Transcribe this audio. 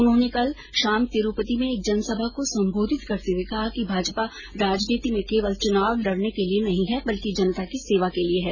उन्होंने कल शाम तिरुपति में एक जनसभा को संबोधित करते हुए कहा कि भाजपा राजनीति में केवल चुनाव लड़ने के लिए नहीं है बल्कि जनता की सेवा के लिए है